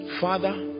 Father